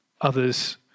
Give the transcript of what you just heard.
others